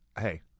hey